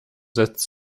setzt